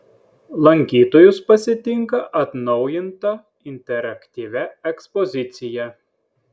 lankytojus pasitinka atnaujinta interaktyvia ekspozicija